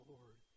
Lord